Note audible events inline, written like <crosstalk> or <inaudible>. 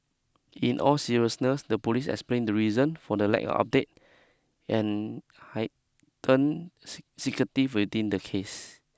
in all seriousness the Police explainrf the reason for the lack of update and heightenrf <hesitation> secrecy within the case